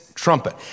trumpet